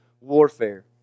warfare